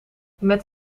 met